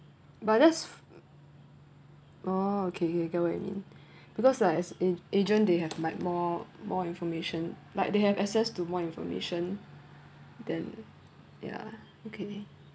but I just oh okay okay I get what you mean because like as agent they have like more more information like they have access to more information than ya okay